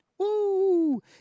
Woo